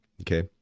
Okay